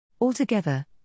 Altogether